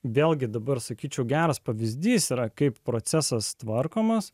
vėlgi dabar sakyčiau geras pavyzdys yra kaip procesas tvarkomas